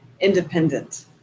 independent